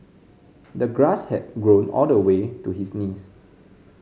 the grass had grown all the way to his knees